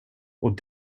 och